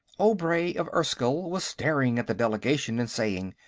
obray of erskyll was staring at the delegation and saying,